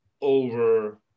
over